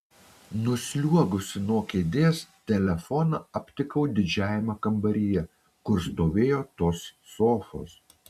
nusliuogusi nuo kėdės telefoną aptikau didžiajame kambaryje kur stovėjo tos sofos